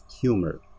humor